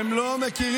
הם לא מכירים.